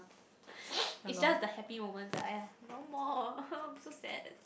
is just the happy moments lah !aiya! no more I'm so sad